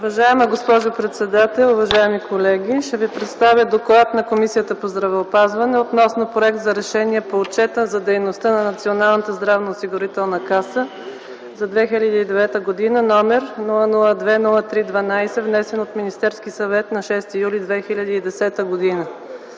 Уважаема госпожо председател, уважаеми колеги! Ще ви представя „ДОКЛАД на Комисията по здравеопазването относно Проект за решение по Отчета за дейността на Националната здравноосигурителна каса за 2009 г., № 002-03-12, внесен от Министерския съвет на 6 юли 2010 г.